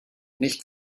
nicht